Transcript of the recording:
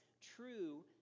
true